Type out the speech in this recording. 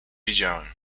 wiedziałem